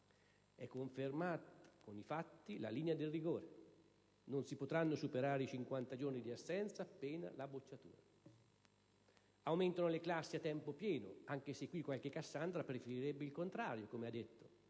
È confermata con i fatti la linea del rigore: non si potranno superare i 50 giorni di assenza, pena la bocciatura. Aumentano le classi a tempo pieno, anche se qui qualche Cassandra preferirebbe il contrario, come è stato